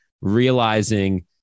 realizing